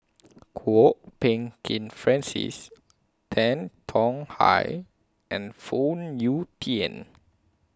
Kwok Peng Kin Francis Tan Tong Hye and Phoon Yew Tien